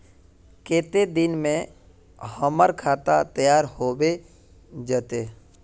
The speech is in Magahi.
केते दिन में हमर खाता तैयार होबे जते?